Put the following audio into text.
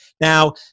Now